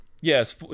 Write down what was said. Yes